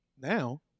now